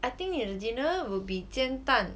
I think you have dinner will be 煎蛋